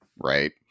Right